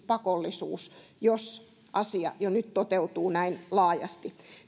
pakollisuus jos asia jo nyt toteutuu näin laajasti